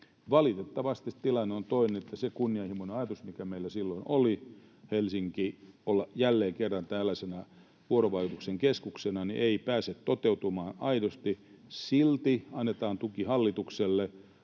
Valitettavasti tilanne on toinen. Se kunnianhimoinen ajatus, mikä meillä silloin oli, että Helsinki olisi jälleen kerran tällaisena vuorovaikutuksen keskuksena, ei pääse toteutumaan aidosti. Silti annetaan tuki hallitukselle,